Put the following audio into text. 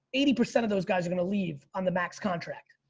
eighty percent of those guys are gonna leave on the max contract.